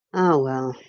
ah, well!